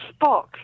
Spock